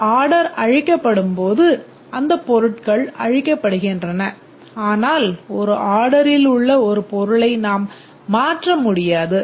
அந்த ஆர்டர் அழிக்கப்படும் போது அந்த பொருட்கள் அழிக்கப்படுகின்றன ஆனால் ஒரு ஆர்டரிலுள்ள ஒரு பொருளை நாம் மாற்ற முடியாது